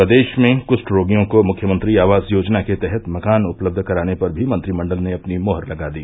प्रदेष में कुश्ठ रोगियों को मुख्यमंत्री आवास योजना के तहत मकान उपलब्ध कराने पर भी मंत्रिमंडल ने अपनी मोहर लगा दी